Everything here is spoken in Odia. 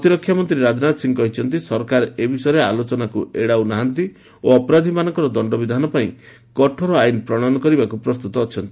ପ୍ରତିରକ୍ଷା ମନ୍ତ୍ରୀ ରାଜନାଥ ସିଂହ କହିଛନ୍ତି ସରକାର ଏ ବିଷୟରେ ଆଲୋଚନାକୁ ଏଡ଼ାଉ ନାହାନ୍ତି ଓ ଅପରାଧୀମାନଙ୍କର ଦଶ୍ଚବିଧାନ ପାଇଁ କଠୋର ଆଇନ୍ ପ୍ରଶୟନ କରିବାକୁ ପ୍ରସ୍ତୁତ ଅଛନ୍ତି